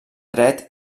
dret